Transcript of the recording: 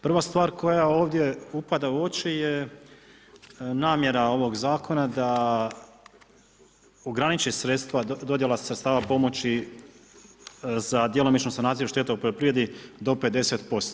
Prva stvar koja ovdje upada u oči je namjera ovog zakona da ograniče sredstva, dodjela sredstava pomoći za djelomičnu sanaciju šteta u poljoprivredi do 50%